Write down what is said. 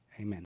amen